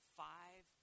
five